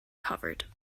covered